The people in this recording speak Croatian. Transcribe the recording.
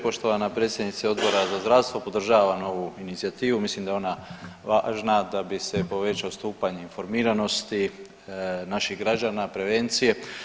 Poštovana predsjednice Odbora za zdravstvo, podržavam ovu inicijativu, mislim da je ona važna da bi se povećao stupanj informiranosti naših građana i prevencije.